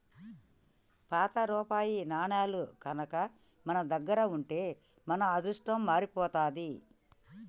పాత రూపాయి నాణేలు గనక మన దగ్గర ఉంటే మన అదృష్టం మారిపోతాది